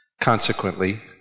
Consequently